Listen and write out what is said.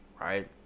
right